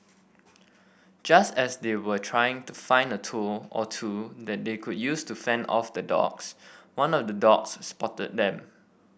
just as they were trying to find a tool or two that they could use to fend off the dogs one of the dogs spotted them